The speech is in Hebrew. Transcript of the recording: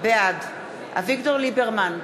בעד אביגדור ליברמן,